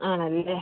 ആണല്ലേ